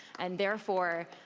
and therefore,